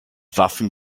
waffen